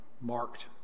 marked